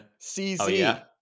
Cz